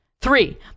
Three